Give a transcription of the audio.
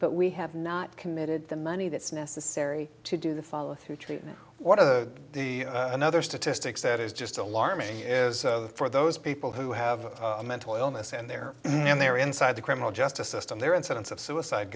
but we have not committed the money that's necessary to do the follow through treatment one of the another statistics that is just alarming is for those people who have a mental illness and they're in there inside the criminal justice system there are incidents of suicide